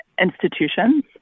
institutions